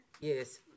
Yes